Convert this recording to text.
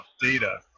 data